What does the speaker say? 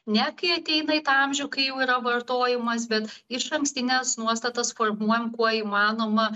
ne kai ateina į tą amžių kai jau yra vartojimas bet išankstines nuostatas formuojam kuo įmanoma